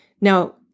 Now